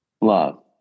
Love